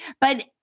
But-